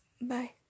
bye